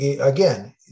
again